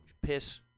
piss